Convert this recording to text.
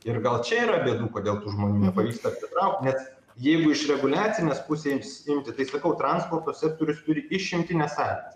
ir gal čia yra bėdų kodėl tų žmonių nepavyksta pritraukti net jeigu iš reguliacinės pusės imti tai sakau transporto sektorius turi išimtines sąlygas